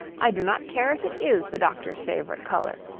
i do not care if it is the doctor's favourite colour.